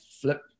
flip